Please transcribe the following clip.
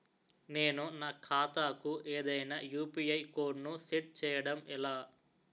నేను నా ఖాతా కు ఏదైనా యు.పి.ఐ కోడ్ ను సెట్ చేయడం ఎలా?